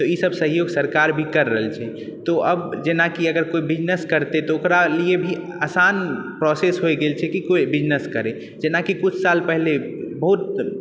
ईसभ सहयोग सरकार भी करि रहल छै तऽ अब जेनाकि केओ बिजनेस करतय ओकरा लिए भी आसान प्रोसेस भै गेल छै कि कोइ बिजनेस करी जेनाकि कुछ साल पहिले बहुत